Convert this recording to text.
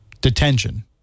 detention